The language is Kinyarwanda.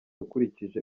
ukurikije